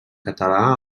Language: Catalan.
català